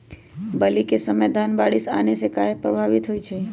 बली क समय धन बारिस आने से कहे पभवित होई छई?